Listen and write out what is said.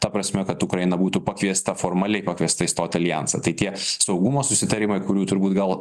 ta prasme kad ukraina būtų pakviesta formaliai pakviesta įstot į aljansą tai tie saugumo susitarimai kurių turbūt gal